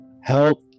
help